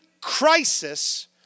crisis